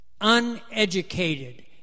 uneducated